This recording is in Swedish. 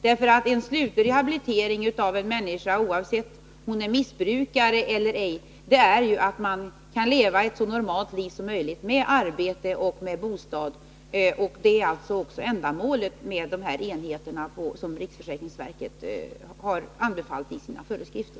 Den slutliga rehabiliteringen av en människa, oavsett om hon är missbrukare eller ej, gäller ju att hon kan leva ett så normalt liv som möjligt med arbete och bostad. Det är alltså ändamålet med dessa enheter, som riksförsäkringsverket har anbefallt i sina föreskrifter.